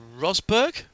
Rosberg